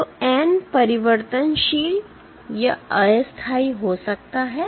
तो n परिवर्तनशीलअस्थायी हो सकता है